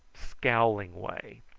scowling way.